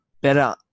better